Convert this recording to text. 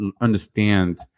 understand